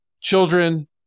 children